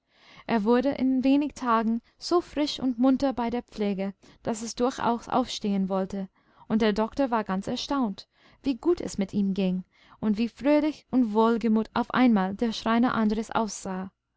er wurde in wenig tagen so frisch und munter bei der pflege daß er durchaus aufstehen wollte und der doktor war ganz erstaunt wie gut es mit ihm ging und wie fröhlich und wohlgemut auf einmal der schreiner andres aussah